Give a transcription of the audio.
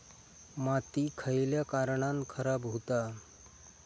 माती खयल्या कारणान खराब हुता?